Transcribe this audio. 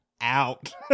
out